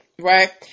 Right